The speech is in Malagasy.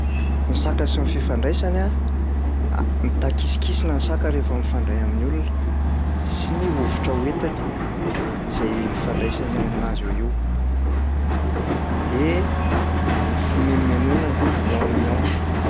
Ny saka sy ny fifandraisany a, a- mitakisikisina ny saka rehefa mifandray amin'ny olona sy ny hovitra hoentiny izay ifandraisany ao aminazy ao io. De ny fimenomenonany miao miao.